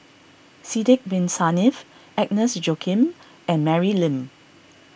Sidek Bin Saniff Agnes Joaquim and Mary Lim